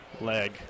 leg